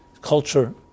culture